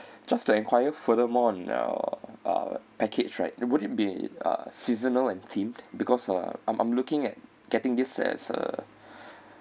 just to enquire furthermore on your uh package right would it be uh seasonal and themed because uh I'm I'm looking at getting this as a